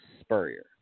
Spurrier